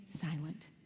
silent